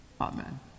Amen